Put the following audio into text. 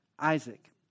Isaac